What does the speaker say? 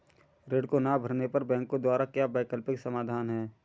ऋण को ना भरने पर बैंकों द्वारा क्या वैकल्पिक समाधान हैं?